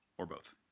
or both.